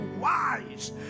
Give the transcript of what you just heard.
wise